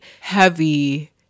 heavy